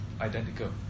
identical